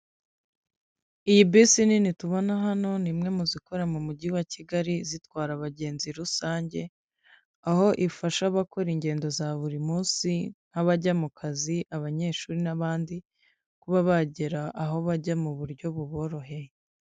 Iyi bisi nini tubona hano, ni imwe mu zikora mu mujyi wa Kigali, zitwara abagenzi rusange, aho ifasha abakora ingendo za buri munsi, nk'abajya mu kazi, abanyeshuri, n'abandi, kuba bagera aho bajya, mu buryo buboroheye.